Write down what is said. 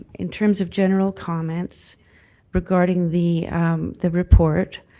in terms of general comments regarding the the report,